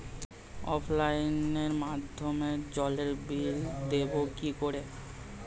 অফলাইনে মাধ্যমেই জলের বিল দেবো কি করে?